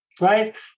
Right